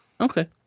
okay